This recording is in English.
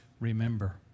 Remember